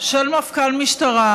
של מפכ"ל משטרה,